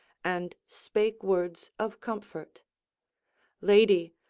and spake words of comfort lady,